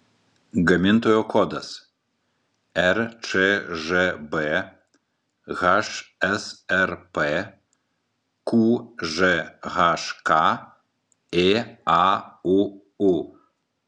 gamintojo kodas rčžb hsrp qžhk ėauu